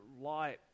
light